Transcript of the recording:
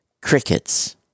crickets